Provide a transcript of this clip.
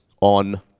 on